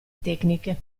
tecniche